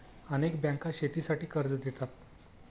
अनेक बँका शेतीसाठी कर्ज देतात